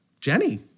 Jenny